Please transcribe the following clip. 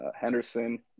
Henderson